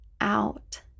out